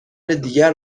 دیگر